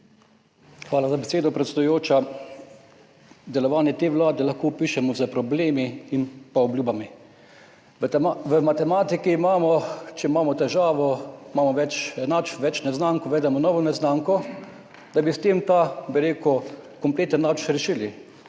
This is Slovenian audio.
Hvala za besedo, predsedujoča. Delovanje te Vlade lahko opišemo s problemi in pa obljubami. V matematiki imamo, če imamo težavo, imamo več enačb, več neznank, uvedemo novo neznanko, da bi s tem ta, bi rekel, kompleten /